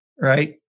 right